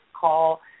call